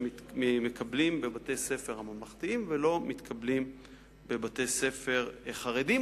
שמקבלים בבתי-הספר הממלכתיים ולא מתקבלים בבתי-ספר חרדיים,